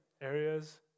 areas